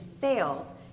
fails